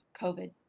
COVID